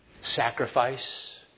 Sacrifice